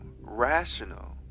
rational